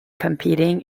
competing